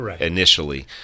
initially